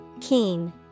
Keen